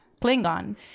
Klingon